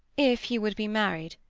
if you would be married,